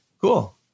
Cool